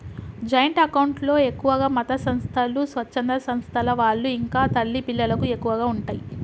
joint account లో ఎక్కువగా మతసంస్థలు, స్వచ్ఛంద సంస్థల వాళ్ళు ఇంకా తల్లి పిల్లలకు ఎక్కువగా ఉంటయ్